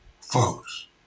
Folks